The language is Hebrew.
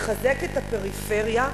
לחזק את הפריפריה,